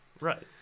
Right